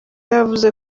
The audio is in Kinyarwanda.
yavuze